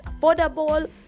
affordable